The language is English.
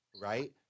right